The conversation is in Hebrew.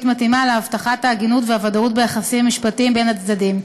מתאימה להבטחת ההגינות והוודאות ביחסים המשפטיים בין הצדדים.